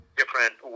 different